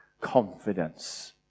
confidence